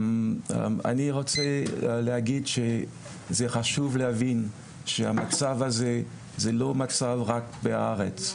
אני רוצה להגיד שזה חשוב להבין שהמצב הזה זה לא מצב שקיים רק בארץ,